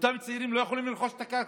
אותם צעירים לא יכולים לרכוש את הקרקע.